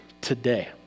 today